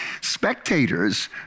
spectators